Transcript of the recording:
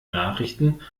nachrichten